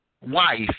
wife